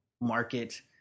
market